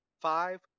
five